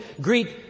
greet